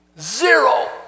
zero